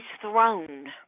throne